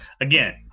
again